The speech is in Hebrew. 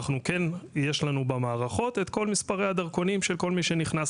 כן יש לנו במערכות את כל מספרי הדרכונים של כל מי שנכנס